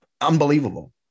unbelievable